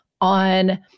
on